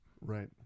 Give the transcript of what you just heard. Right